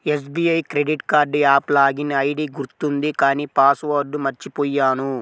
SBI credit card app login ID గుర్తుంది కానీ password మర్చిపొయ్యాను